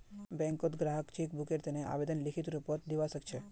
बैंकत ग्राहक चेक बुकेर तने आवेदन लिखित रूपत दिवा सकछे